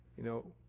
you know,